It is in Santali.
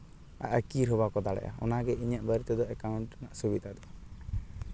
ᱟᱨ ᱟᱹᱛᱠᱤᱨ ᱦᱚᱸ ᱵᱟᱠᱚ ᱫᱟᱲᱮᱭᱟᱜᱼᱟ ᱚᱱᱟ ᱜᱮ ᱤᱧᱟᱹᱜ ᱵᱟᱲᱟᱭ ᱛᱮᱫᱚ ᱮᱠᱟᱣᱩᱱᱴ ᱨᱮᱱᱟᱜ ᱥᱩᱵᱤᱛᱟ ᱫᱚ